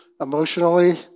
emotionally